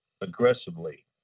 aggressively